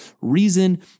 reason